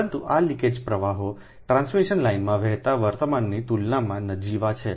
પરંતુ આ લિકેજ પ્રવાહો ટ્રાન્સમિશન લાઇનમાં વહેતા વર્તમાનની તુલનામાં નજીવા છે